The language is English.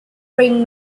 bring